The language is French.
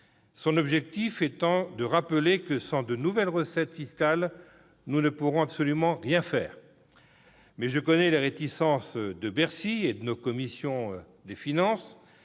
destiné à rappeler que, sans de nouvelles recettes fiscales, nous ne pourrons absolument rien faire. Je connais les réticences de Bercy et des commissions des finances.